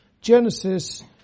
Genesis